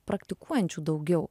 praktikuojančių daugiau